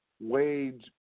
Wage